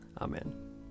Amen